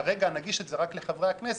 כרגע נגיש את זה רק לחברי הכנסת,